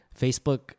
Facebook